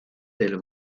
del